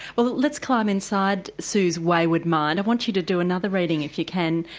well let's climb inside sue's wayward mind, i want you to do another reading if you can,